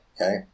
Okay